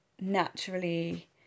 naturally